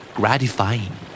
gratifying